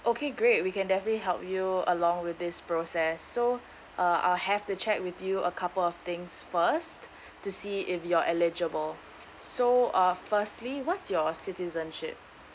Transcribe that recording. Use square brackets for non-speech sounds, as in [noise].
okay great we can definitely help you along with this process so uh I'll have to check with you a couple of things first [breath] to see if you're eligible so uh firstly what's your citizenship